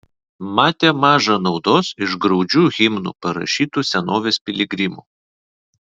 matė maža naudos iš graudžių himnų parašytų senovės piligrimų